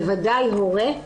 בוודאי הורה,